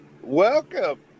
Welcome